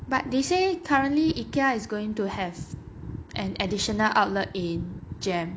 but they say currently ikea is going to have an additional outlet in jem